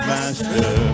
Master